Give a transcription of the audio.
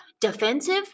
Defensive